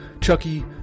Chucky